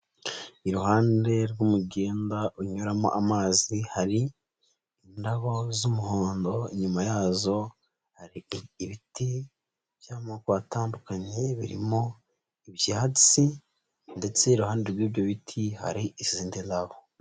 Iruhande rw'umugenda unyuramo amazi hari indabo z'umuhondo, inyuma yazo hari ibiti by'amoko atandukanye, birimo ibyatsi ndetse iruhande rw'ibyo biti hari izindi ndabo.